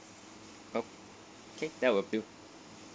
okay that will do